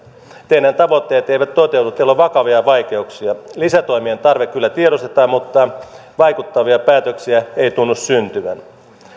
teidän tavoitteenne eivät toteudu teillä on vakavia vaikeuksia lisätoimien tarve kyllä tiedostetaan mutta vaikuttavia päätöksiä ei tunnu syntyvän